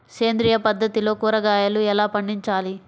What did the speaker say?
సేంద్రియ పద్ధతిలో కూరగాయలు ఎలా పండించాలి?